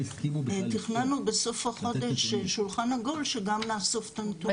תכננו בסוף החודש שולחן עגול שגם נאסוף את הנתונים.